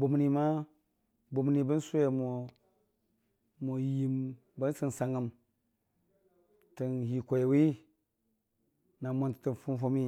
bʊmni ma bʊmni n'sʊwe mo yɨmbə sənsəngnmgəm tən lii kwaiyʊwi na mwəntətə fʊmfʊmi,